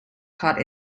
caught